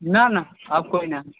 ना ना आब कोइ ने